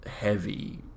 heavy